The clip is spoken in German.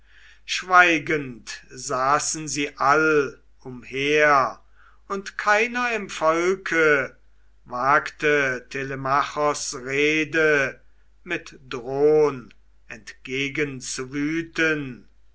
schweigend saßen sie all umher und keiner im volke wagte telemachos rede mit drohn